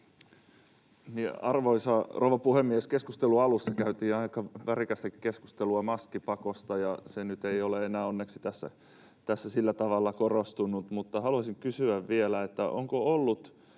Arvoisa rouva puhemies! Keskustelun alussa käytiin aika värikästäkin keskustelua maskipakosta. Se nyt ei ole enää onneksi tässä sillä tavalla korostunut, mutta haluaisin kysyä vielä, onko ollut